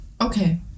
okay